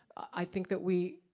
i think that we,